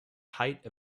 height